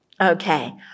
Okay